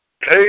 Hey